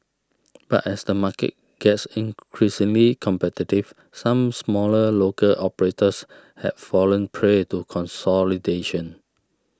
but as the market gets increasingly competitive some smaller local operators have fallen prey to consolidation